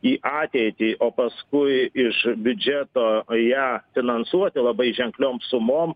į ateitį o paskui iš biudžeto ją finansuoti labai ženkliom sumom